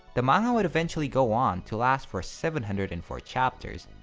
the manga would eventually go on to last for seven hundred and four chapters,